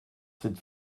cette